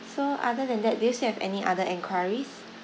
so other than that do you still have any other enquiries